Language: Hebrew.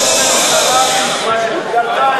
אין ממשלה בישראל.